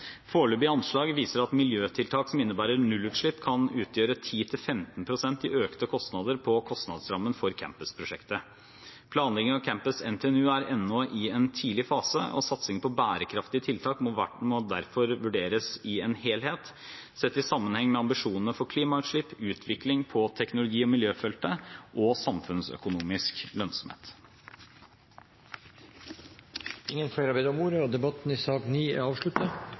Foreløpige anslag viser at miljøtiltak som innebærer nullutslipp, kan utgjøre 10–15 pst. i økte kostnader på kostnadsrammen for campusprosjektet. Planlegging av campus NTNU er ennå i en tidlig fase, og satsing på bærekraftige tiltak må derfor vurderes i en helhet, sett i sammenheng med ambisjonene for klimautslipp, utvikling på teknologi- og miljøfeltet og samfunnsøkonomisk lønnsomhet. Flere har ikke bedt om ordet til sak nr. 9. Etter ønske fra kirke-, utdannings- og